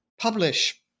publish